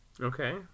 Okay